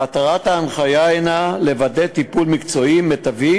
מטרת ההנחיה היא לוודא טיפול מקצועי מיטבי